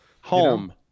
Home